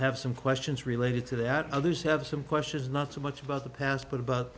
have some questions related to that others have some questions not so much about the past but about